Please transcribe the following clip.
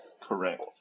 Correct